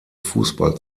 fußball